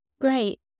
Great